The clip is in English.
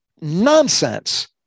nonsense